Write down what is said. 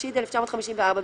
התשי"ד 1954‏,